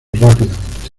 rápidamente